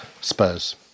Spurs